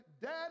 Daddy